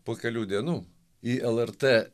po kelių dienų į lrt